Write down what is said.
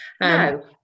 No